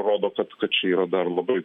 rodo kad kad čia yra dar labai